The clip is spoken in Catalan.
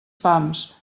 pams